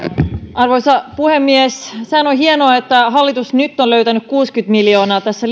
arvoisa puhemies sehän on hienoa että hallitus nyt on löytänyt kuusikymmentä miljoonaa tässä